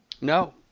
No